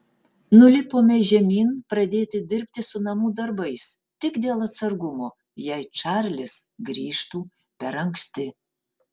nulipome žemyn pradėti dirbti su namų darbais tik dėl atsargumo jei čarlis grįžtų per anksti